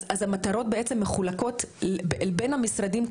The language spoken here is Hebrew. אז המטרות בעצם מחולקות בין המשרדים,